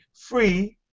free